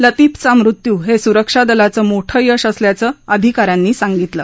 लतीफचा मृत्यू हे सुरक्षा दलाचं मोठं यश असल्याचं अधिका यांनी सांगितलं